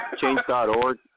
change.org